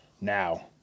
Now